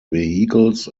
vehicles